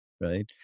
right